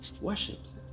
worships